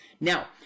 Now